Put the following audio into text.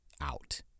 out